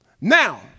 Now